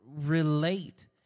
relate